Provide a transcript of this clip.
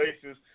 places